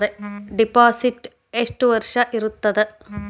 Deposit ಎಷ್ಟು ವರ್ಷ ಇರುತ್ತದೆ?